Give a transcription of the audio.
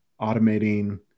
automating